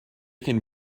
can